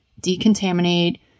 decontaminate